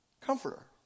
comforter